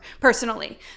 personally